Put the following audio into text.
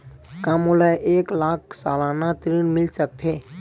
का मोला एक लाख सालाना ऋण मिल सकथे?